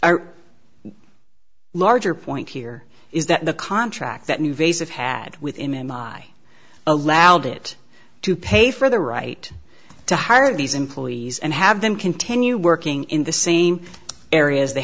are larger point here is that the contract that movies have had with him and i allowed it to pay for the right to hire these employees and have them continue working in the same areas they